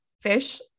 fish